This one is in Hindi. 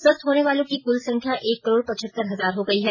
स्वस्थ होने वालों की कल संख्या एक करोड़ पचहत्तर हजार हो गई है